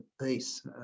peace